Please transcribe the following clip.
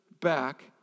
back